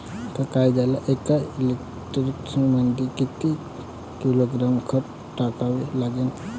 कांद्याले एका हेक्टरमंदी किती किलोग्रॅम खत टाकावं लागन?